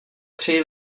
přeji